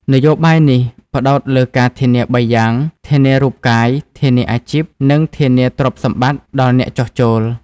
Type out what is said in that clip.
នយោបាយនេះផ្ដោតលើការធានាបីយ៉ាង៖ ធានារូបកាយ ធានាអាជីព និងធានាទ្រព្យសម្បត្តិដល់អ្នកចុះចូល។